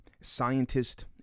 scientist